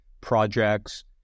projects